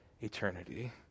eternity